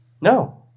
No